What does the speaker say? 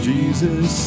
Jesus